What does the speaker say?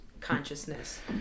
consciousness